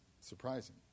surprising